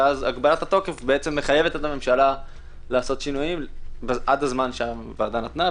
ואז הגבלת התוקף מחייבת את הממשלה לעשות שינויים עד הזמן שהוועדה נתנה.